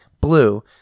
Blue